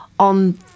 On